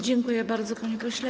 Dziękuję bardzo, panie pośle.